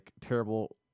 terrible